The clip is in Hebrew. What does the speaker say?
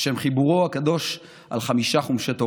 על שם חיבורו הקדוש על חמישה חומשי תורה,